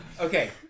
Okay